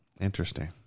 Interesting